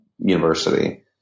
University